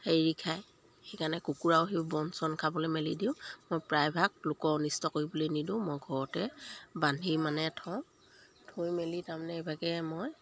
হেৰি খায় সেইকাৰণে কুকুৰাও সেই বন চন খাবলৈ মেলি দিওঁ মই প্ৰায়ভাগ লোকৰ অনিষ্ট কৰিবলৈ নিদিওঁ মই ঘৰতে বান্ধি মানে থওঁ থৈ মেলি তাৰমানে এইভাগে মই